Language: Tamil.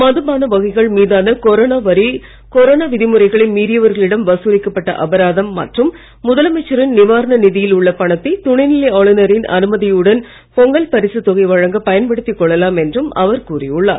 மதுபான வகைகள் மீதான கொரோனா வரி கொரோனா விதிமுறைகளை மீறியவர்களிடம் வசூலிக்கப்பட்ட அபராதம் மற்றும் முதலமைச்சரின் நிவாரண நிதியில் உள்ள பணத்தை துணைநிலை ஆளுநரின் அனுமதியுடன் பொங்கல் பரிசுத் தொகை வழங்க பயன்படுத்திக் கொள்ளலாம் என்றும் அவர் கூறியுள்ளார்